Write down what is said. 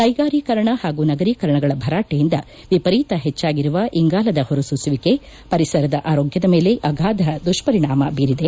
ಕ್ಷೆಗಾರಿಕೀಕರಣ ಹಾಗೂ ನಗರೀಕರಣಗಳ ಭರಾಟೆಯಿಂದ ವಿಪರೀತ ಹೆಚ್ಚಾಗಿರುವ ಇಂಗಾಲದ ಹೊರಸೂಸುವಿಕೆ ಪರಿಸರದ ಆರೋಗ್ಗದ ಮೇಲೆ ಅಗಾಧ ದುಪ್ವರಿಣಾಮ ಬೀರಿದೆ